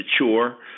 mature